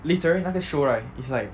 literally 那个 show right is like